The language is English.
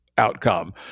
outcome